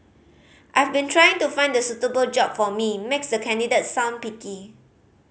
I've been trying to find the suitable job for me makes the candidate sound picky